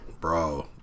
bro